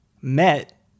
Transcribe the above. met